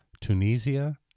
Tunisia